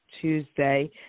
Tuesday